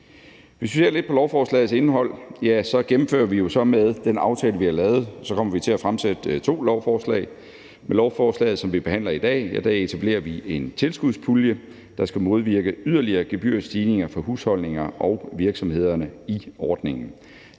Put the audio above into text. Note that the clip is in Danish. Hvis vi ser lidt på lovforslagets indhold, ja, så kommer vi med den aftale, vi har lavet, til at fremsætte to lovforslag. Med lovforslaget, som vi behandler i dag, etablerer vi en tilskudspulje, der skal modvirke yderligere gebyrstigninger for husholdninger og virksomheder i ordningen.